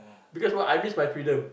because what I miss my freedom